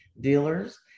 dealers